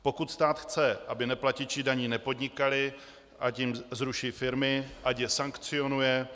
Pokud stát chce, aby neplatiči daní nepodnikali, ať jim zruší firmy, ať je sankcionuje.